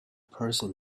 person